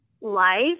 life